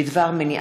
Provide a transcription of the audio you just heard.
מיקי רוזנטל,